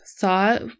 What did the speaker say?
thought